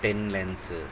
ten lens